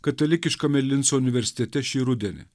katalikiškame linco universitete šį rudenį